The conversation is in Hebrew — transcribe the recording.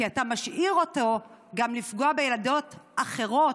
כי אתה משאיר אותו גם לפגוע בילדות אחרות,